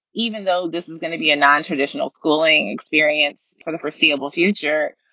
even though this is going to be a nontraditional schooling experience for the foreseeable future.